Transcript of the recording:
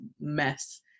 mess